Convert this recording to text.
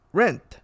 rent